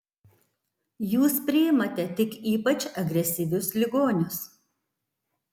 jūs priimate tik ypač agresyvius ligonius